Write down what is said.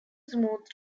smooth